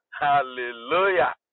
Hallelujah